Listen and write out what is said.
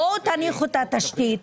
בואו תניחו את התשתית,